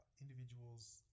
individuals